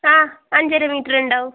ആ അഞ്ചര മീറ്റർ ഉണ്ടാവും